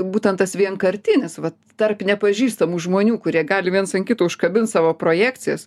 būtent tas vienkartinis va tarp nepažįstamų žmonių kurie gali viens ant kito užkabint savo projekcijas